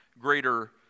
greater